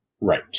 Right